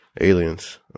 aliens